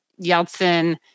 Yeltsin